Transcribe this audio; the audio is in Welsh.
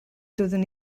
doeddwn